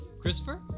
Christopher